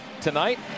tonight